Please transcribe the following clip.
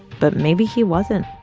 but maybe he wasn't.